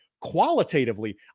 qualitatively